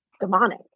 demonic